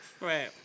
Right